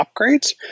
upgrades